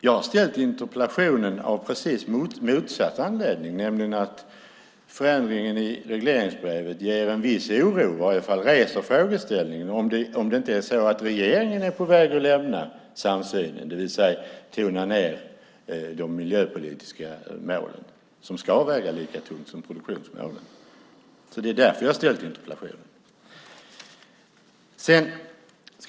Jag har väckt interpellationen av precis motsatt anledning, nämligen att förändringen i regleringsbrevet ger en viss oro, eller i varje fall reser frågeställningen, för att regeringen är på väg att lämna samsynen och tona ned de miljöpolitiska målen. De ska ju väga lika tungt som produktionsmålen. Det är därför jag har väckt interpellationen.